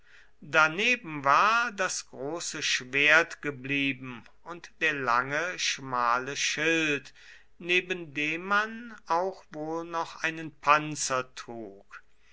daneben war das große schwert geblieben und der lange schmale schild neben dem man auch wohl noch einen panzer trug